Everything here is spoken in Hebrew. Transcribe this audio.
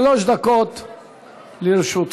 שלוש דקות לרשותך.